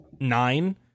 nine